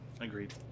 Agreed